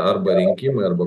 arba rinkimai arba